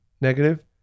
negative